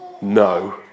No